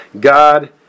God